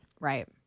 Right